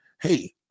hey